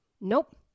Nope